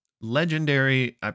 Legendary